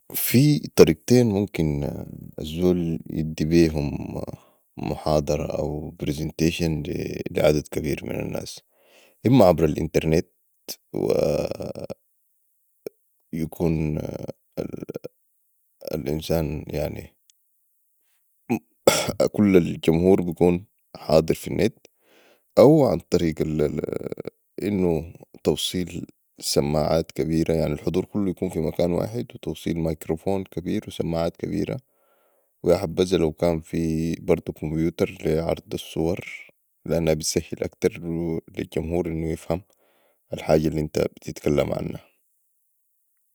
في طرقتين ممكن الزول يدي بيهم محاضرة او presentation لي عدد كبير من الناس اما عبر الإنترنت و يكون الانسان يعني كل الجمهور حاضر في النت او عن طريق انو توصيل سمعاعات كبيره يعني الحضور كلو يكون في مكان واحد وتوصيل مايكرفون كبير وسمعاعات كبيره وياحبذا لو كان في برضو كمبيوتر لي عرض الصور لإنها بتسهل اكتر لي الجمهور انو يفهم الحاجة الانت بتتكلم عنها